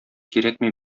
кирәкми